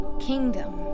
kingdom